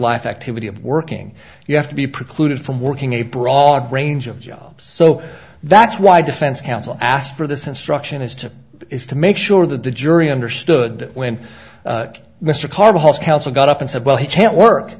life activity of working you have to be precluded from working a broad range of jobs so that's why defense counsel asked for this instruction is to is to make sure that the jury understood when mr karr the host counsel got up and said well he can't work